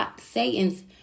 Satan's